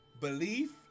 belief